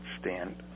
stand